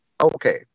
okay